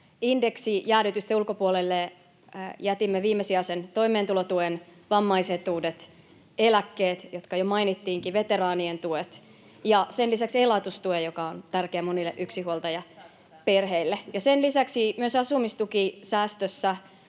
indeksijäädytysten ulkopuolelle jätimme viimesijaisen toimeentulotuen, vammaisetuudet, eläkkeet, jotka jo mainittiinkin, veteraanien tuet ja sen lisäksi elatustuen, joka on tärkeä monille yksinhuoltajaperheille. [Li Anderssonin välihuuto] Sen lisäksi myös asumistukisäästössä,